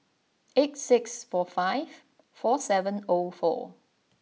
eight six four five four seven O four